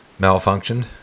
malfunctioned